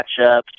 matchups